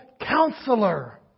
counselor